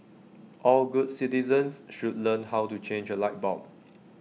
all good citizens should learn how to change A light bulb